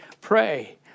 pray